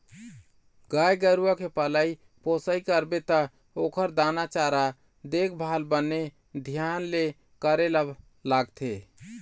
गाय गरूवा के पलई पोसई करबे त ओखर दाना चारा, देखभाल बने धियान ले करे ल लागथे